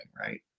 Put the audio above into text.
right